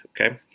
okay